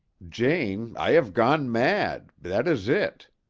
jane, i have gone mad that is it.